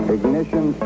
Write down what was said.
Ignition